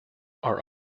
are